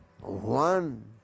one